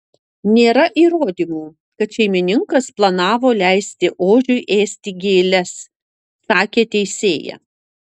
nėra įrodymų kad šeimininkas planavo leisti ožiui ėsti gėles sakė teisėja